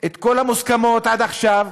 את כל המוסכמות עד עכשיו,